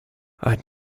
i’d